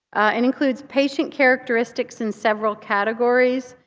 and includes patient characteristics in several categories.